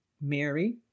Mary